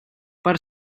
per